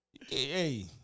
Hey